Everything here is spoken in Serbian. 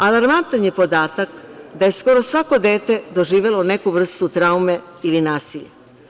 Alarmantan je podatak da je skoro svako dete doživelo neku vrstu traume ili nasilja.